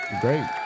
Great